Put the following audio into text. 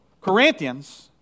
Corinthians